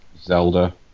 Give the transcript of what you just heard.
Zelda